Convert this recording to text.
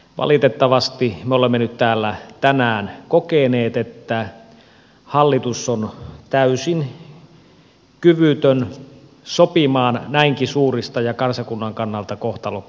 valitettavasti me olemme täällä nyt tänään kokeneet että hallitus on täysin kyvytön sopimaan näinkin suurista asioista ja kansakunnan kannalta kohtalonkysymyksistä